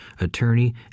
attorney